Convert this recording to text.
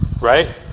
Right